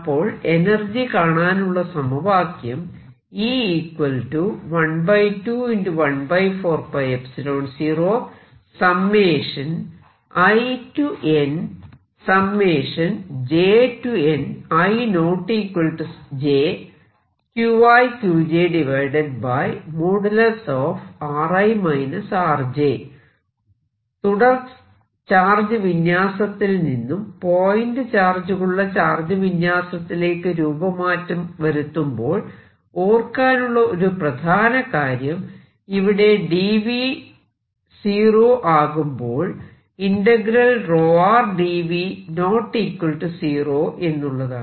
അപ്പോൾ എനർജി കാണാനുള്ള സമവാക്യം തുടർ ചാർജ് വിന്യാസത്തിൽ നിന്നും പോയിന്റ് ചാർജ് കൊണ്ടുള്ള ചാർജ് വിന്യാസത്തിലേക്ക് രൂപമാറ്റം വരുത്തുമ്പോൾ ഓർക്കാനുള്ള ഒരു പ്രധാന കാര്യം ഇവിടെ dV →0 ആകുമ്പോൾ dV ≠ 0 എന്നുള്ളതാണ്